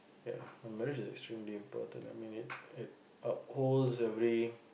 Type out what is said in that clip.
ya a marriage is extremely important I mean it it uphold every